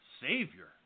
savior